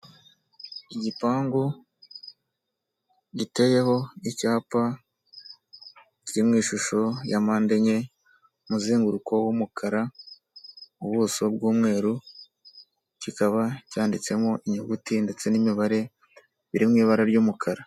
Igipangu giteyeho icyapa kiri mu ishusho yamande enye, umuzenguruko w'umukara, ubuso bw'umweru, kikaba cyanditsemo inyuguti ndetse n'imibare biri mu ibara ry'umukara.